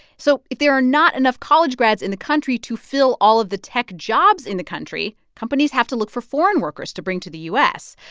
so if there are not enough college grads in the country to fill all of the tech jobs in the country, companies have to look for foreign workers to bring to the u s.